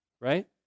right